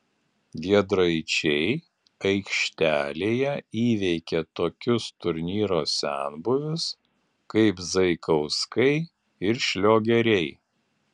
giedraičiai aikštelėje įveikė tokius turnyro senbuvius kaip zaikauskai ir šliogeriai